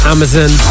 Amazon